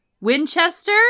Winchester